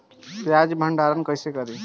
प्याज के भंडारन कईसे करी?